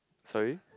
sorry